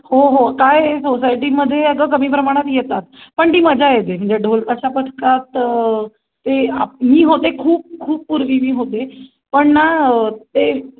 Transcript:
हो हो काय आहे सोसायटीमध्ये अगं कमी प्रमाणात येतात पण ती मजा येते म्हणजे ढोलताशा पथकात ते आपण मी होते खूप खूप पूर्वी मी होते पण ना ते